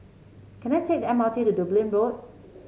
can I take the M R T to Dublin Road